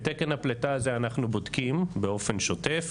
את תקן הפליטה הזה אנחנו בודקים באופן שוטף,